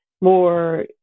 more